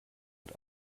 und